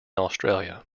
australia